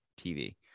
TV